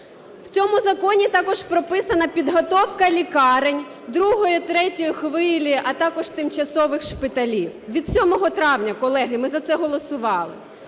В цьому законі також прописана підготовка лікарень другої і третьої хвилі, а також тимчасових шпиталів. Від 7 травня, колеги, ми за це голосували.